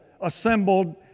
assembled